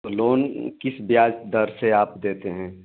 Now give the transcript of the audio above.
तो लोन किस ब्याज दर से आप देते हैं